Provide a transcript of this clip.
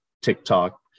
TikTok